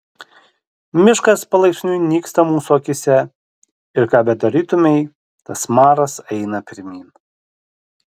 miškas palaipsniui nyksta mūsų akyse ir ką bedarytumei tas maras eina pirmyn